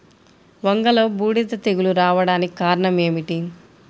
వంగలో బూడిద తెగులు రావడానికి కారణం ఏమిటి?